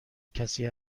کسی